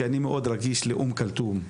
כי אני מאוד רגיש לאום כולתום,